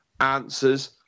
answers